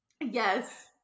Yes